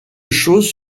choses